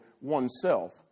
oneself